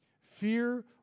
Fear